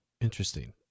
Interesting